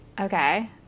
Okay